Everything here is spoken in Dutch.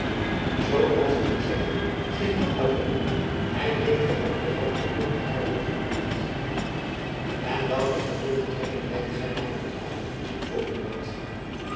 als ik u zeg en geheel alleen hy heeft wel anderhalf uur by haar doorgebracht en welke gevolgtrekking leidt gy daaruit af vroeg